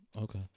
okay